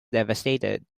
devastated